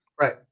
Right